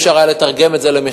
לא היה אפשר לתרגם את זה למכרז,